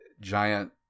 giant